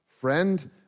friend